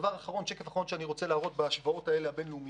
שקף אחרון שאני רוצה להראות במסגרת ההשוואות הבין-לאומיות.